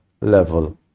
level